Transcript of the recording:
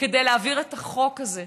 כדי להעביר את החוק הזה,